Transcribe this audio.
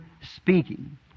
speaking